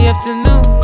Afternoon